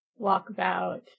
walkabout